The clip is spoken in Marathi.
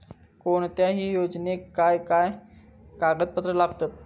कोणत्याही योजनेक काय काय कागदपत्र लागतत?